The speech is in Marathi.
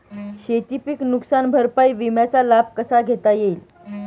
शेतीपीक नुकसान भरपाई विम्याचा लाभ मला कसा घेता येईल?